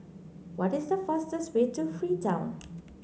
what is the fastest way to Freetown